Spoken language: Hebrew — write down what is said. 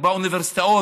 באוניברסיטאות,